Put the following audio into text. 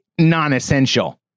non-essential